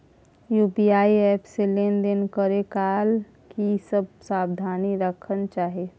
UPI app से लेन देन करै काल की सब सावधानी राखना चाही?